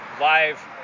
live